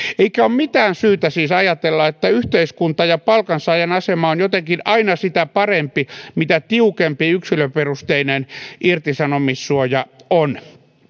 eikä ole mitään syytä siis ajatella että yhteiskunta ja palkansaajan asema on jotenkin aina sitä parempi mitä tiukempi yksilöperusteinen irtisanomissuoja on